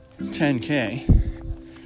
10K